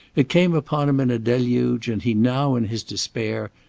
it came upon him in a deluge, and he now, in his despair,